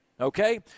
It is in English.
Okay